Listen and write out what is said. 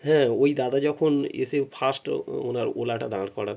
হ্যাঁ ওই দাদা যখন এসে ফার্স্ট ওনার ওলাটা দাঁড় করান